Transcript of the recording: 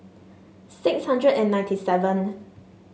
six hundred and ninety seven